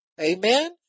Amen